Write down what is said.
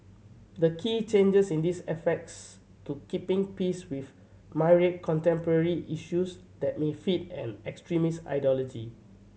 the key changes in these affects to keeping pace with myriad contemporary issues that may feed an extremist ideology